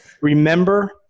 remember